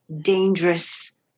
dangerous